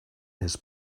his